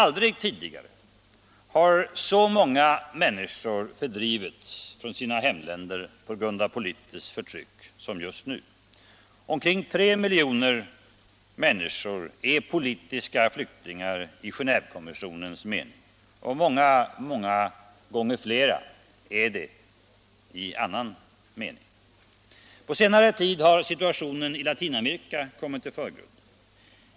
Aldrig tidigare har så många människor fördrivits från sina hemländer på grund av politiskt förtryck som just nu. Omkring tre miljoner människor är politiska flyktingar i Genévekonventionens mening, och många fler är det i annan mening. På senare tid har situationen i Latinamerika kommit i förgrunden.